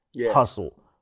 hustle